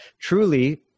truly